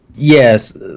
yes